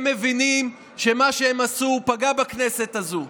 הם מבינים שמה שהם עשו פגע בכנסת הזאת.